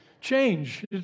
change